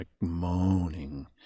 moaning